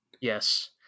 Yes